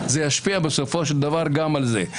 זה ישפיע בסופו של דבר גם על זה.